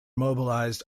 mobilised